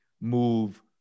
move